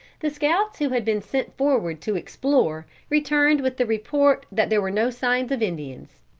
the scouts who had been sent forward to explore, returned with the report that there were no signs of indians.